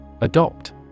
Adopt